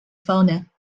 fauna